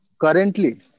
currently